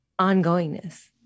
ongoingness